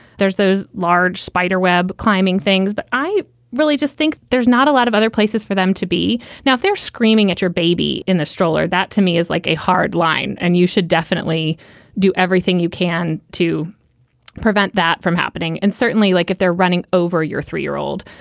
there's those large spider web climbing things that i really just think there's not a lot of other places for them to be. now, if they're screaming at your baby in a stroller. that to me is like a hard line. and you should definitely do everything you can to prevent that from happening. and certainly, like if they're running over your three year old.